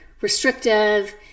restrictive